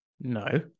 no